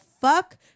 fuck